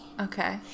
Okay